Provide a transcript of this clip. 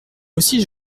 aussi